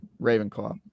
Ravenclaw